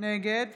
נגד